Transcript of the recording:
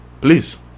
Please